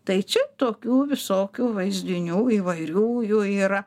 tai čia tokių visokių vaizdinių įvairių jų yra